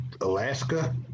alaska